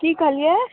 की कहलियै